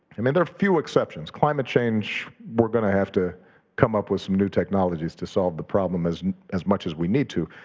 i mean, there are few exceptions. climate change, we're gonna have to come up with some new technologies to solve the problem as as much as we need to.